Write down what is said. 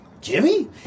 Jimmy